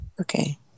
Okay